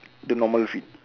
the normal fit